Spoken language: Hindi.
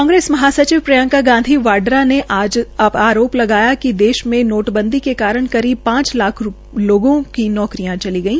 कांग्रेस महासचिव प्रियंका गांधी वाड्रा ने आज आरोप लगाया कि देश में नोटबंदी के कारण करीब पांच लाख लोगों की नौकरियां चली गई